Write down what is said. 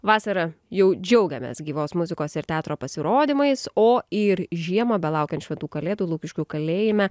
vasarą jau džiaugėmės gyvos muzikos ir teatro pasirodymais o ir žiemą belaukiant šventų kalėdų lukiškių kalėjime